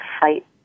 fight